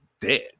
dead